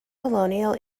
colonial